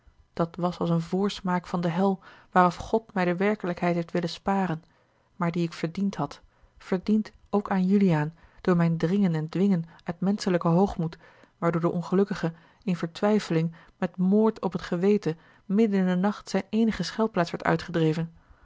dat was als een voorsmaak van de hel waaraf god mij de werkelijkheid heeft willen sparen maar die ik verdiend had verdiend ook aan juliaan door mijn dringen en dwingen uit menschelijken hoogmoed waardoor de ongelukkige in vertwijfeling met een moord op het geweten midden in den nacht zijne eenige schuilplaats werd uitgedreven